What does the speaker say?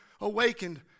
awakened